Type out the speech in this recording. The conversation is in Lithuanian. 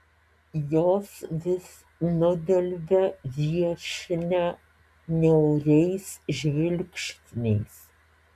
jos vis nudelbia viešnią niauriais žvilgsniais